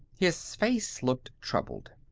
his face looked troubled.